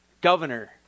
governor